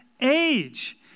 age